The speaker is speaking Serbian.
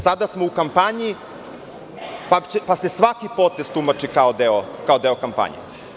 Sada smo u kampanji pa se svaki potez tumači kao deo kampanje.